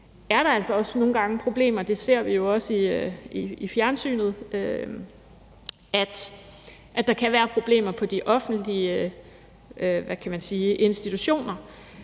er der altså også nogle gange problemer – det ser vi jo også i fjernsynet – på de offentlige institutioner.